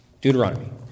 Deuteronomy